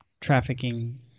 trafficking